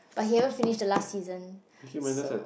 but here finish the last season so